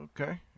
Okay